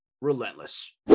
Relentless